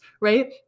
right